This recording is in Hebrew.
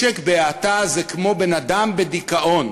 משק בהאטה זה כמו בן-אדם בדיכאון.